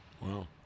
wow